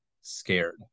scared